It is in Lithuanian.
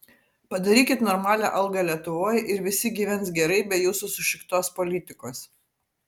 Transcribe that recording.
padarykit normalią algą lietuvoj ir visi gyvens gerai be jūsų sušiktos politikos